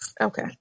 okay